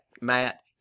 Matt